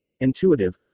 intuitive